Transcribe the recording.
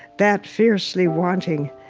that fiercely wanting,